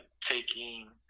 taking